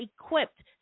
equipped